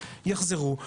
יחזרו.